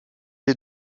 les